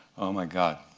oh, my god,